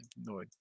No